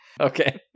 Okay